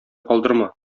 калдырма